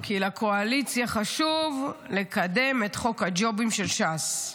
כי לקואליציה חשוב לקדם את חוק הג'ובים של ש"ס.